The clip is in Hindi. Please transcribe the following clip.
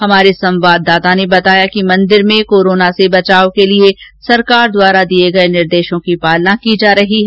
हमारे संवाददाता ने बताया कि मन्दिर में कोरोना से बचाव के लिए सरकार द्वारा दिये गये निर्देशों की पालना की जा रही है